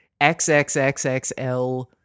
XXXXL